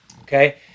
okay